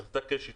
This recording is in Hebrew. צריך להתעקש אתם.